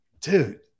dude